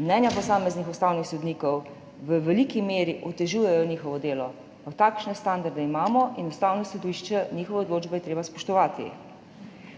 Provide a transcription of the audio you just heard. mnenja posameznih ustavnih sodnikov v veliki meri otežujejo njihovo delo, ampak takšne standarde imamo in Ustavno sodišče, njihovo odločbo je treba spoštovati,